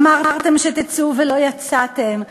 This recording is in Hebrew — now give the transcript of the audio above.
אמרתם שתצאו ולא יצאתם.